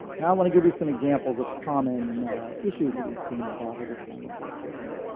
now i want to give you some examples of common issues that we've seen with audited financial statements.